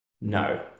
No